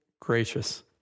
gracious